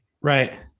right